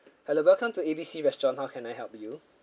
hello welcome to A B C restaurant how can I help you